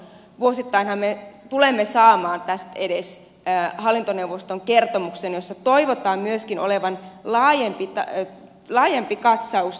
vuosittainhan me tulemme saamaan tästedes hallintoneuvoston kertomuksen jossa toivotaan myöskin olevan laajempi katsaus talousosiosta